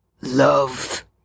love